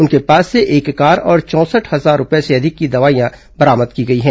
उनके पास से एक कार और चौंसठ हजार रूपये से अधिक राशि की दवाइयां बरामद की गई है